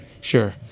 sure